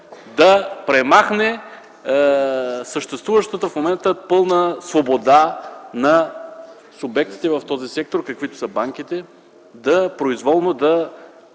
да премахне съществуващата в момента пълна свобода на субектите в този сектор, каквито са банките, произволно да